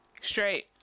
Straight